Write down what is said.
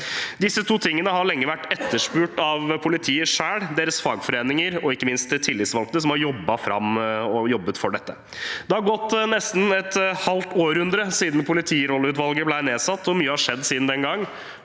Disse to tingene har lenge vært etterspurt av politiet selv, deres fagforeninger og ikke minst de tillitsvalgte som har jobbet for dette. Det har gått nesten et halvt århundre siden politirolleutvalget ble nedsatt, og mye har skjedd siden den